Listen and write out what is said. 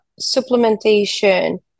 supplementation